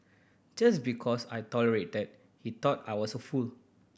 just because I tolerated that he thought I was a fool